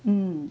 mm